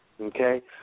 Okay